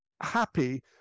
Happy